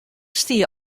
stie